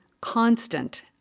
constant